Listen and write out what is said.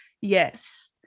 Yes